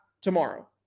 tomorrow